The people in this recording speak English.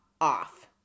off